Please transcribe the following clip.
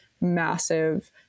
massive